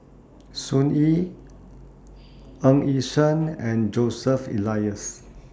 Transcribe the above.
Sun Yee Ng Yi Sheng and Joseph Elias